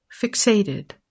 fixated